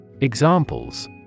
Examples